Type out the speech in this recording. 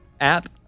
App